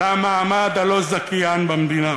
למעמד הלא-זכיין במדינה,